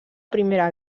primera